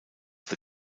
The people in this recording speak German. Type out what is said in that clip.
the